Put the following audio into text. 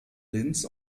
linz